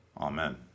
Amen